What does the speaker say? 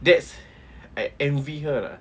that's I envy her lah